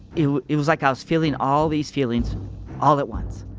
it it was like i was feeling all these feelings all at once,